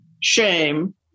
shame